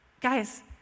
guys